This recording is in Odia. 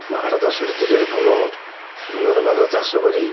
ଆଠ ଦଶଟି ଜିଲ୍ଲାରେ ଭଲ ଉନ୍ନତମାନ ଚାଷ କରି